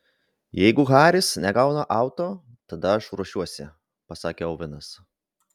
jeigu haris negauna auto tada aš ruošiuosi pasakė ovenas